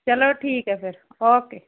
ਚਲੋ ਠੀਕ ਹੈ ਫਿਰ ਓਕੇ